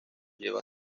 lleva